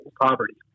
poverty